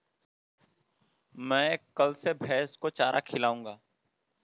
मैं कल से भैस को चारा खिलाऊँगा